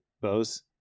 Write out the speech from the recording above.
Bose